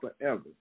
forever